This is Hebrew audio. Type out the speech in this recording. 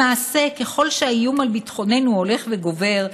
למעשה, ככל שהאיום על ביטחוננו הולך וגובר,